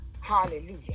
Hallelujah